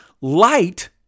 Light